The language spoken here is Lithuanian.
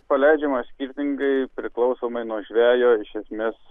paleidžiama skirtingai priklausomai nuo žvejo iš esmės